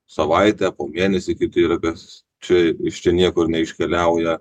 savaitę po mėnesį kiti ir vis čia iš čia niekur neiškeliauja